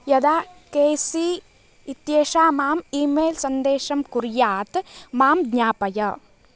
यदा केसी इत्येषा माम् ई मेल् सन्देशं कुर्यात् मां ज्ञापय